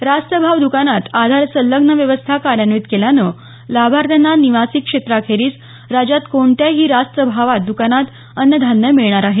रास्त भाव दुकानात आधार संलग्न व्यवस्था कार्यान्वित केल्यानं लाभार्थ्यांना निवासी क्षेत्राखेरीज राज्यात कोणत्याही रास्त भाव दुकानांत अन्नधान्य मिळणार आहे